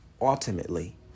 ultimately